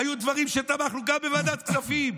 היו דברים שתמכנו בהם גם בוועדת כספים.